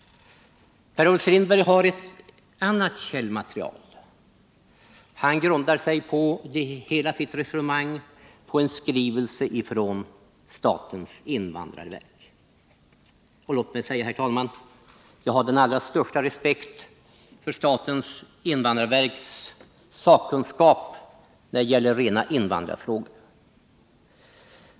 Per-Olof Strindberg har ett annat källmaterial: Han stöder hela sitt resonemang på en skrivelse från statens invandrarverk. Låt mig säga, herr talman, att jag har den allra största respekt för statens invandrarverks sakkunskap när det gäller invandrarfrågor.